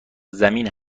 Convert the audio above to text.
زمین